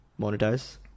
monetize